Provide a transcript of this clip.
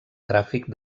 tràfic